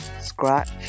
scratch